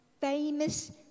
famous